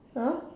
!huh!